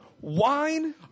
Wine